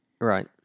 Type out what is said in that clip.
Right